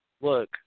look